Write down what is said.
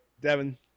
Devin